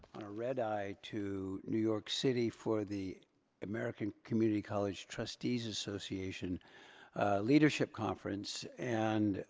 a red eye to new york city for the american community college trustees association leadership conference, and